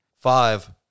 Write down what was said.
Five